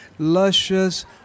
luscious